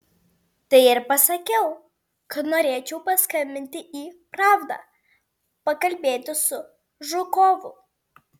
tai ir pasakiau kad norėčiau paskambinti į pravdą pakalbėti su žukovu